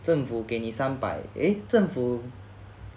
政府给你三百 eh 政府